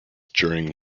during